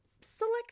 select